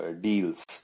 deals